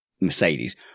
Mercedes